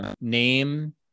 name